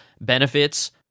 benefits